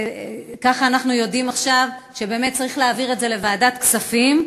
וככה אנחנו יודעים עכשיו שבאמת צריך להעביר את זה לוועדת הכספים,